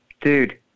dude